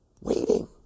waiting